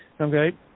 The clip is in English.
Okay